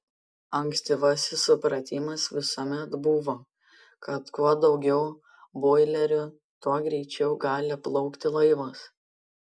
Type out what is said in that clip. ankstyvasis supratimas visuomet buvo kad kuo daugiau boilerių tuo greičiau gali plaukti laivas